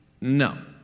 no